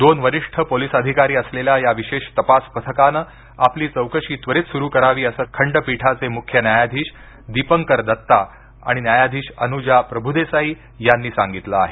दोन वरिष्ठ पोलीस अधिकारी असलेल्या या विशेष तपास पथकाने आपली चौकशी त्वरित सुरु करावी असं खंडपीठाचे मुख्य न्यायाधीश दीपंकर दत्ता आणि न्यायाधीश अनुजा प्रभुदेसाई यांनी सांगितलं आहे